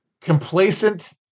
complacent